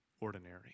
ordinary